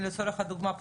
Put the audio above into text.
לצורך הדוגמה,